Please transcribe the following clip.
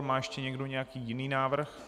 Má ještě někdo nějaký jiný návrh?